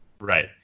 Right